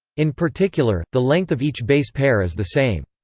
in particular, the length of each base pair is the same.